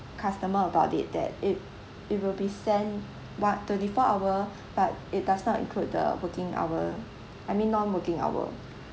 customer about it that it it will be sent what twenty four hour but it does not include the working hour I mean non-working hour